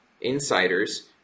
insiders